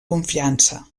confiança